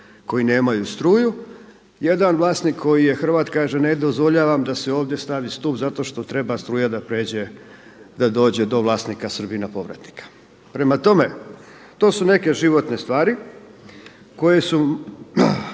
koji nemaju struju, jedan vlasnik koji je Hrvat kaže ne dozvoljavam da se ovdje stavi stup zato što treba struja prijeći da dođe do vlasnika Srbina povratnika. Prema tome, to su neke životne stvari koje su